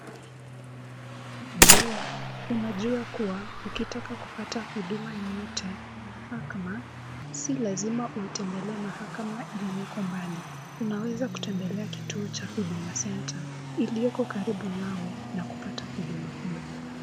Je, unajua kuwa ukitaka kupata huduma yoyote ya mahakama si lazima uitembelee mahakama iliyoko mbali. Unaweza kutembelea kituo cha Huduma Centre, iliyoko karibu nawe na kupata huduma hiyo.